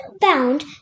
Bound